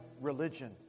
religion